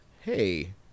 hey